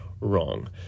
wrong